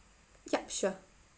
yup sure